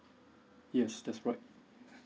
yes that's right